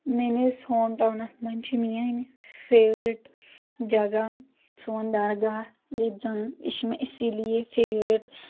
میٲنِس home towns منٛز چھِ میٲنۍ فیورٹ جگہ سون درگاہ ییٚتہِ زن یہِ چھِ مےٚ اسی لیے فیورٹ